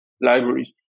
libraries